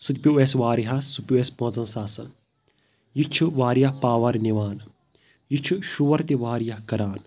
سُہ تہِ پیٚوو اَسہِ واریاہَس سُہ پیٚوو اَسہِ پانٛژھن ساسَن یہِ چھُ واریاہ پاور نِوان یہِ چھُ شور تہِ واریاہ کَران